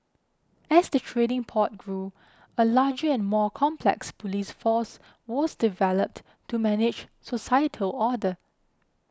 as the trading port grew a larger and more complex police force was developed to manage societal order